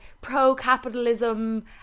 pro-capitalism